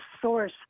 source